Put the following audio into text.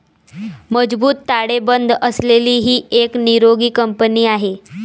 मजबूत ताळेबंद असलेली ही एक निरोगी कंपनी आहे